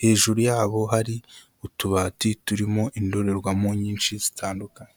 hejuru yabo hari utubati turimo indorerwamo nyinshi zitandukanye.